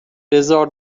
بزار